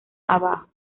abajo